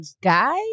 Guy